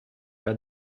pas